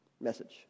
message